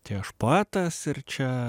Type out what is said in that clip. tai aš poetas ir čia